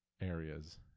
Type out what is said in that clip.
areas